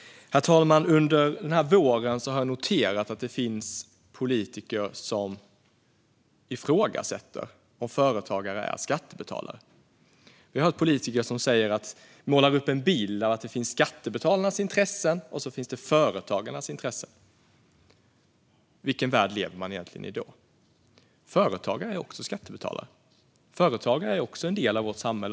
Herr talman! Under denna vår har jag noterat att det finns politiker som ifrågasätter om företagare är skattebetalare. Vi har hört politiker som målar upp en bild av att det finns skattebetalarnas intressen och företagarnas intressen. Vilken värld lever man egentligen i då? Företagare är också skattebetalare. Företagare är också en del av vårt samhälle.